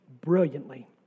brilliantly